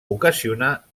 ocasionar